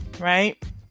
Right